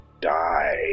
die